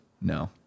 No